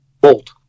bolt